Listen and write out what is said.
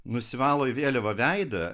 nusivalo į vėliavą veidą